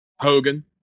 Hogan